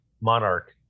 monarch